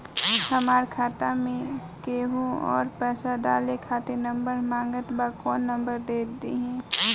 हमार खाता मे केहु आउर पैसा डाले खातिर नंबर मांगत् बा कौन नंबर दे दिही?